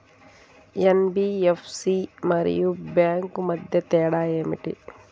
NBFC మరియు bank మధ్య తేడా ఏమిటీ?